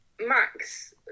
Max